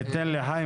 חיים